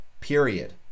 period